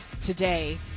today